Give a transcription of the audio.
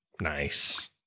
Nice